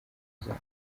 zabo